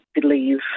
believe